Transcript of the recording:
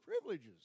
privileges